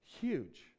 huge